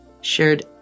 shared